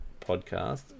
podcast